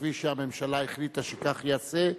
כפי שהממשלה החליטה שכך יעשה,